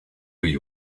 you